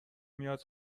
میاد